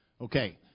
Okay